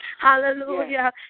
Hallelujah